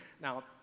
Now